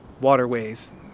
waterways